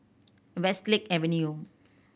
Westlake Avenue